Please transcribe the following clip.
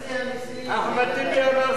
מה הם עשו לקדאפי?